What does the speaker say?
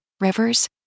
rivers